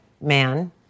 Man